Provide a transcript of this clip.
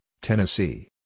Tennessee